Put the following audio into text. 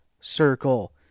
circle